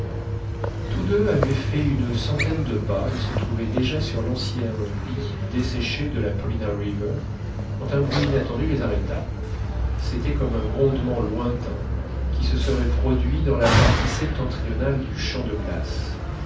tous deux avaient fait une centaine de pas et se trouvaient déjà sur l'ancien lit desséché de la paulina river quand un bruit inattendu les arrêta c'était comme un grondement lointain qui se serait produit dans la partie septentrionale du champ de glace